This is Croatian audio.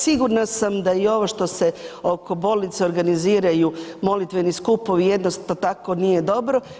Sigurna sam da i ovo što se oko bolnica organiziraju molitveni skupovi, jednako tako nije dobro.